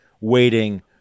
waiting